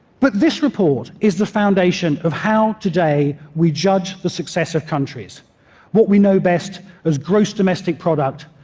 but this report is the foundation of how, today, we judge the success of countries what we know best as gross domestic product,